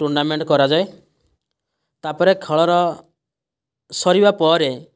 tournament କରାଯାଏ ତା'ପରେ ଖେଳର ସରିବା ପରେ